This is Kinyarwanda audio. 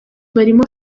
barimo